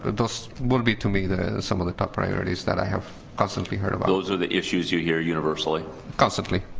but those will be to me there's some of the top priorities that i have constantly heard of those are the issues you hear universally constantly.